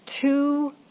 two